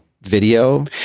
video